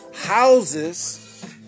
houses